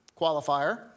qualifier